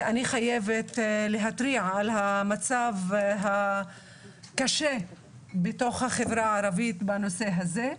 אני חייבת להתריע על המצב הקשה בתוך החברה הערבית בנושא הזה,